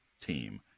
team